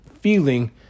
feeling